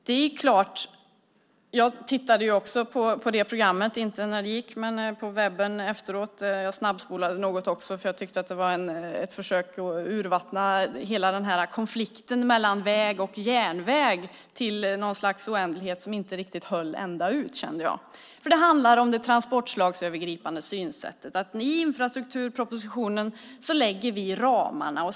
Fru talman! Jag tittade också på det programmet, inte när det gick men på webben efteråt. Jag snabbspolade något också, för jag tyckte att det var ett försök att urvattna hela konflikten mellan väg och järnväg till någon slags oändlighet som inte riktigt höll ända ut. Det handlar ju om det transportslagsövergripande synsättet. I infrastrukturpropositionen läg-ger vi fast ramarna.